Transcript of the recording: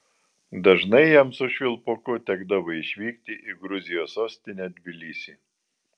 dažnai jam su švilpuku tekdavo išvykti į gruzijos sostinę tbilisį